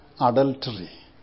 adultery